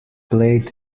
played